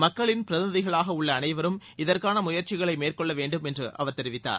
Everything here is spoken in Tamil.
மக்களின் பிரதிநிதிகளாக உள்ள அனைவரும் இதற்கான முயற்சிகளை மேற்கொள்ள வேண்டும் என்று அவர் தெரிவித்தார்